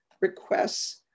requests